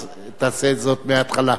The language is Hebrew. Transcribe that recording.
אז תעשה זאת מההתחלה.